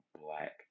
black